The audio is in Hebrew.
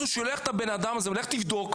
הוא שולח את הבן הזה ואומר לו: לך תבדוק,